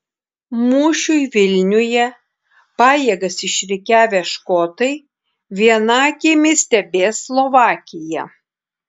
mūšiui vilniuje pajėgas išrikiavę škotai viena akimi stebės slovakiją